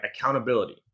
Accountability